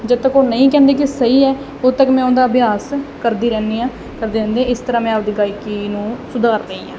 ਜਦੋਂ ਤਕ ਉਹ ਨਹੀਂ ਕਹਿੰਦੇ ਕਿ ਸਹੀ ਹੈ ਉਦੋਂ ਤੱਕ ਮੈਂ ਉਹਦਾ ਅਭਿਆਸ ਕਰਦੀ ਰਹਿੰਦੀ ਹਾਂ ਕਰਦੇ ਰਹਿੰਦੇ ਇਸ ਤਰ੍ਹਾਂ ਮੈਂ ਆਪਣੀ ਗਾਇਕੀ ਨੂੰ ਸੁਧਾਰ ਰਹੀ ਹਾਂ